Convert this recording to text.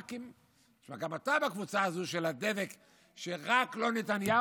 רק אם גם אתה בקבוצה הזו של הדבק של "רק לא נתניהו",